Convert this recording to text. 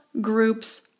groups